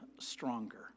stronger